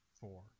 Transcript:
four